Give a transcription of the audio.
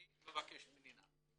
אני מבקש פנינה,